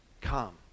come